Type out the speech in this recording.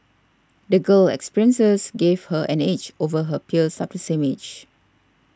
the girl's experiences gave her an edge over her peers up the same age